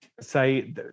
say